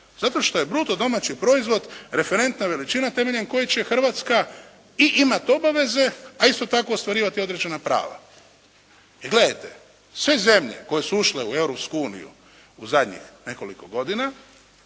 Zato što je bruto domaći proizvod referentna veličina temeljem kojih će Hrvatska i imati obaveze, a isto tako ostvarivati određena prava. Jer gledajte, sve zemlje koje su ušle u Europsku uniju u zadnjih nekoliko godina,